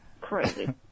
Crazy